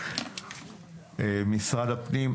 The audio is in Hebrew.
משרד הפנים,